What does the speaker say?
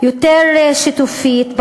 יותר שיתופית,